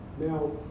now